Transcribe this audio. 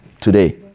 today